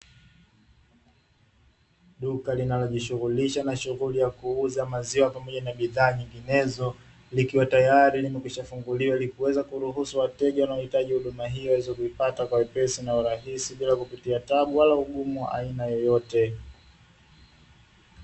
Duka linalojihusisha na shughuli ya kuuza maziwa pamoja na bidhaa nyinginezo, likiwa tayari limekwisha funguliwa ili kuweza kuwaruhusu wateja wanaohitaji huduma hiyo, waweze kuipata kiurahisi na wepesi bila kupata taabu na ugumu wa aina yoyote.